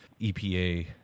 EPA